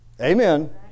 Amen